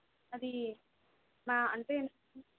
అది అంటే